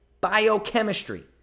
Biochemistry